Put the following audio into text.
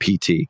PT